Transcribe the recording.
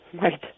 Right